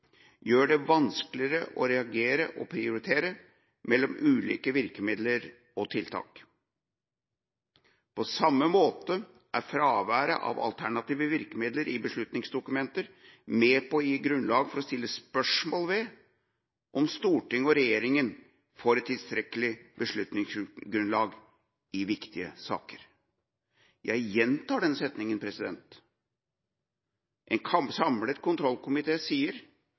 gjør det vanskelig å rangere og prioritere mellom ulike virkemidler og tiltak. På samme måte er fraværet av alternative virkemidler i beslutningsdokumenter med på å gi grunnlag for å stille spørsmål ved om Stortinget og regjeringa får et tilstrekkelig beslutningsgrunnlag i viktige saker. Jeg gjentar den setningen. En samlet kontrollkomité sier: